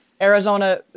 Arizona